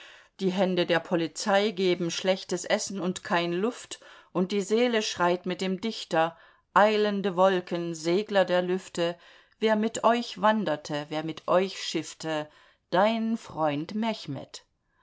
die hände der polizei geben schlechtes essen und kein luft und die seele schreit mit dem dichter eilende wolken segler der lüfte wer mit euch wanderte wer mit euch schiffte dein freund